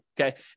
Okay